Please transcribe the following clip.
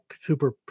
Super